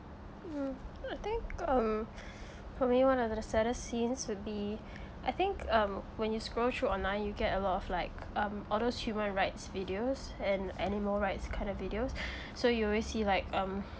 mm I think um probably one of the saddest scenes would be I think um when you scroll through online you get a lot of like um all those human rights videos and animal rights kind of videos so you always see like um